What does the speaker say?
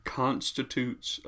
constitutes